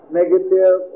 negative